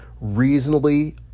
reasonably